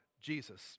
Jesus